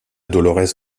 dolores